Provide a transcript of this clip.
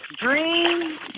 Dream